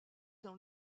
dans